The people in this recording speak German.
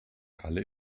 alle